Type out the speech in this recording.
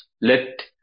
let